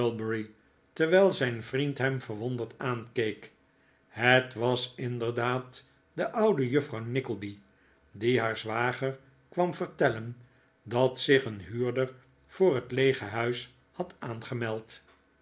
terwijl zijn vriend hem verwonderd aankeek het was inderdaad de oude juffrouw nickleby die haar zwager kwam vertellen dat zich een huurder voor het leege huis had aangemeld